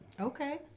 Okay